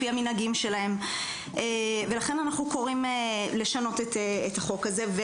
לפי המנהגים שלהם ולכן אנחנו קוראים לשנות את החוק הזה.